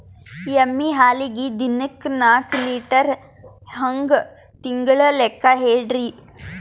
ಎಮ್ಮಿ ಹಾಲಿಗಿ ದಿನಕ್ಕ ನಾಕ ಲೀಟರ್ ಹಂಗ ತಿಂಗಳ ಲೆಕ್ಕ ಹೇಳ್ರಿ?